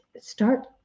start